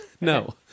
No